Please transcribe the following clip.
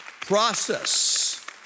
process